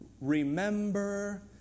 remember